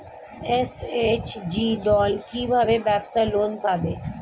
SHG দল কী ভাবে ব্যাবসা লোন পাবে?